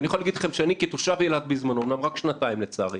ואני יכול להגיד לכם שאני כתושב אילת בזמנו אומנם רק שנתיים לצערי,